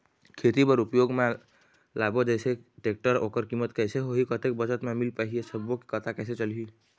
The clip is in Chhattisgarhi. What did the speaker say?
खेती बर उपयोग मा लाबो जाथे जैसे टेक्टर ओकर कीमत कैसे होही कतेक बचत मा मिल पाही ये सब्बो के पता कैसे चलही?